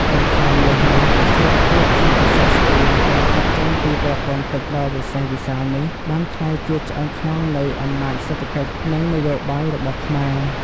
បន្ថែមលើនេះ ស្ថិរភាពសន្តិសុខស្បៀងដែលកើតចេញពីប្រព័ន្ធទឹកដ៏វិសេសវិសាលនេះ បានក្លាយជាឆ្អឹងខ្នងនៃអំណាចសេដ្ឋកិច្ច និងនយោបាយរបស់ខ្មែរ។